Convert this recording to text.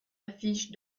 affiche